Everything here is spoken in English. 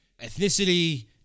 Ethnicity